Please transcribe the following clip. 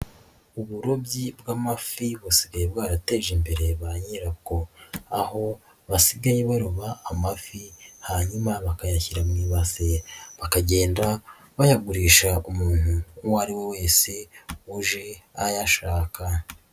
Uburobyi bw'amafi busigaye bwarateje imbere ba nyirabwo, aho basigaye baroba amafi hanyuma bakayashyira mu ibase bakagenda bayagurisha umuntu uwo ari we wese uje ayashaka.